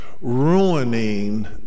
ruining